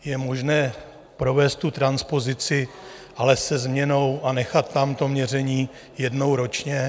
Je možné provést tu transpozici, ale se změnou a nechat tam to měření jednou ročně?